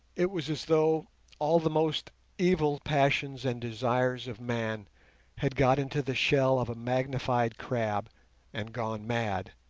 it was as though all the most evil passions and desires of man had got into the shell of a magnified crab and gone mad.